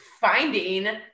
finding